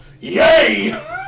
YAY